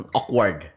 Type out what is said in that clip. awkward